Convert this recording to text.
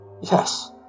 yes